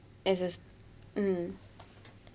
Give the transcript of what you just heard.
as a um